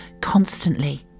constantly